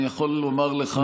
אני יכול לומר לך,